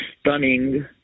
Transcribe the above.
stunning